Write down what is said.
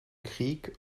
krieg